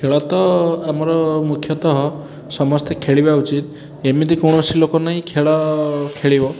ଖେଳ ତ ଆମର ମୁଖ୍ୟତଃ ସମସ୍ତେ ଖେଳିବା ଉଚିତ୍ ଏମିତି କୌଣସି ଲୋକ ନାହିଁ ଖେଳ ଖେଳିବ